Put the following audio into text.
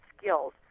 skills